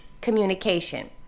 communication